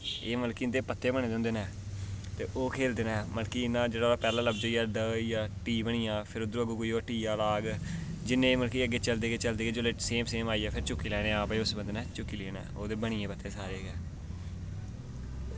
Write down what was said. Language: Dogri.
एह् मतलब कि इंदे पत्ते बने दे होंदे न ते ओह् खेल्लदे न मतलब की जेह्ड़ा साढ़ा पैह्ला लफ्ज होइया ढ होई गेआ टी बनी जा ते खरीदग की कोई हट्टी आह्ला आह्ग ते चलदे गे चलदे गे ते जेल्लै सेम सेम आई जान फिर चुक्की लैने की आं भाई उस बंदे नै चुक्की लै न ओह्दे बनिये पत्ते सारे गै